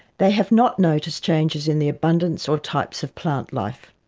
they have not noticed changes in the abundance or types of plant life.